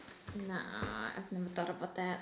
nah I've never thought about that